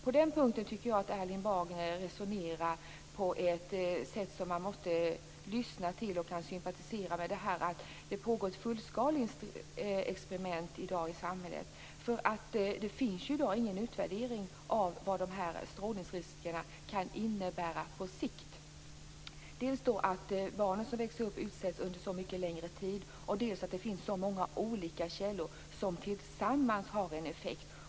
På den punkten tycker jag att Erling Bager resonerar på ett sätt som man måste lyssna till och kan sympatisera med. Det pågår ett fullskaleexperiment i samhället i dag. Det finns i dag ingen utvärdering av vad dessa strålningsrisker kan innebära på sikt. Det gäller dels att de barn som växer upp utsätts under så mycket längre tid, dels att det finns så många olika källor som tillsammans har en effekt.